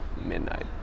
Midnight